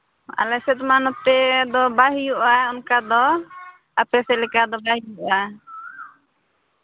ᱟᱞᱮ ᱥᱮᱫ ᱢᱟ ᱱᱚᱛᱮ ᱫᱚ ᱵᱟᱭ ᱦᱩᱭᱩᱜᱼᱟ ᱚᱱᱠᱟ ᱫᱚ ᱟᱯᱮ ᱥᱮᱫ ᱞᱮᱠᱟ ᱫᱚ ᱵᱟᱭ ᱦᱩᱭᱩᱜᱼᱟ